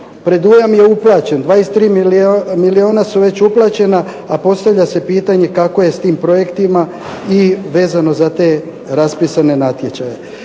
Predujam je uplaćen, 23 milijuna su već uplaćena, a postavlja se pitanje kako je s tim projektima i vezano za te raspisane natječaje.